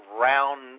round